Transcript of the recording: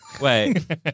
Wait